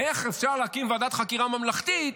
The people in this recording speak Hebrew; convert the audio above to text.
איך אפשר להקים ועדת חקירה ממלכתית